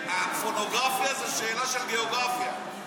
פורנוגרפיה זאת שאלה של גיאוגרפיה.